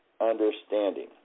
understanding